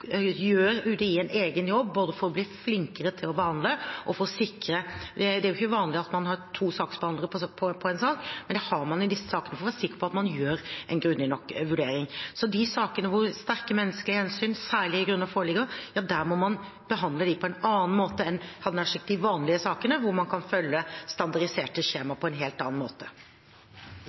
en egen jobb både for å bli flinkere til å behandle og for å sikre. Det er ikke vanlig at man har to saksbehandlere på en sak, men det har man i disse sakene, for å være sikker på at man gjør en grundig nok vurdering. Så de sakene hvor sterke menneskelige hensyn, særlige grunner, foreligger, må man behandle på en annen måte enn, hadde jeg nær sagt, de vanlige sakene, hvor man kan følge standardiserte skjemaer på en helt annen måte.